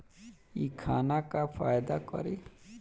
इ खाना का फायदा करी